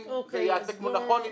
אם זה יעשה נכון,